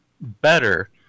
better